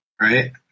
right